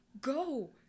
go